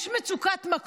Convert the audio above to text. יש מצוקת מקום.